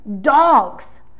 dogs